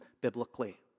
biblically